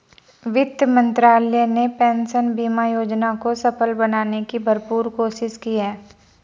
वित्त मंत्रालय ने पेंशन बीमा योजना को सफल बनाने की भरपूर कोशिश की है